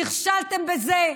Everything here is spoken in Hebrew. נכשלתם בזה,